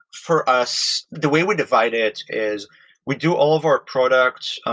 for us, the way we divide it is we do all of our product,